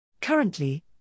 Currently